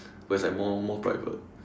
but it's like more more private